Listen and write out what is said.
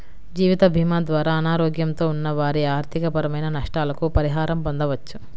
జీవితభీమా ద్వారా అనారోగ్యంతో ఉన్న వారి ఆర్థికపరమైన నష్టాలకు పరిహారం పొందవచ్చు